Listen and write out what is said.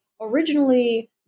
originally